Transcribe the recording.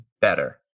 better